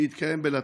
שהתקיים בלטרון.